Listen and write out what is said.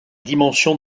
dimensions